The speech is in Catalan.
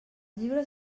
llibres